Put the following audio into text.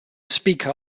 speaker